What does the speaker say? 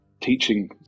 teaching